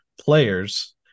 players